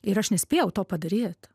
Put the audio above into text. ir aš nespėjau to padaryt